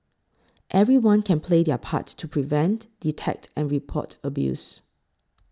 everyone can play their part to prevent detect and report abuse